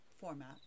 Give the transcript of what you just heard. format